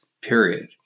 period